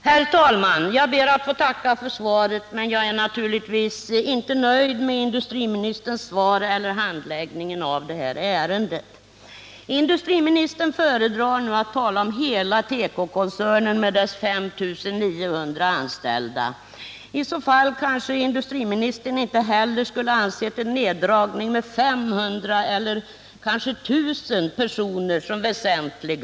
Herr talman! Jag ber att få tacka för svaret, men jag är naturligtvis inte nöjd vare sig med industriministerns svar eller med handläggningen av detta ärende. Industriministern föredrar att nu tala om hela tekokoncernen med dess 5 900 anställda, och mot den bakgrunden anser kanske industriministern att en neddragning med 500 eller kanske 1 000 personer inte kan betecknas som väsentlig.